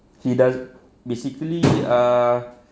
he does basically ah